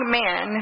men